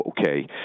okay